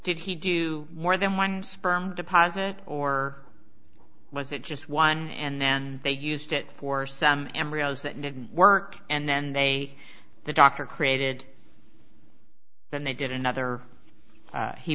did he do more than one sperm deposit or was it just one and then they used it for some embryos that didn't work and then they the doctor created than they did another